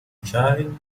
child